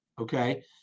okay